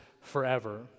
forever